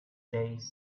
days